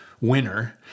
winner